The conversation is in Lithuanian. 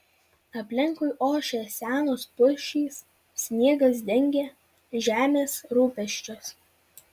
aplinkui ošė senos pušys sniegas dengė žemės rūpesčius